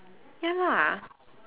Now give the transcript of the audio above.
ya lah